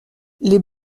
les